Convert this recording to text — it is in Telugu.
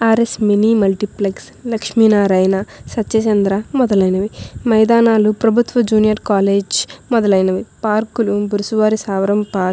RS mini multiplex Lakshminarayana Satya Chandra మొదలైనవి మైదానాలు ప్రభుత్వ జూనియర్ కాలేజ్ మొదలైనవి పార్కులు బురుసువారి సావరం పార్క్